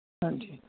ਹਾਂਜੀ